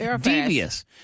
Devious